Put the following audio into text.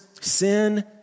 sin